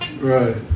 Right